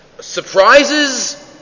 surprises